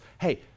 Hey